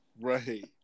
Right